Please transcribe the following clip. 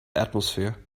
atmosphere